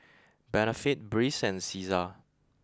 Benefit Breeze and Cesar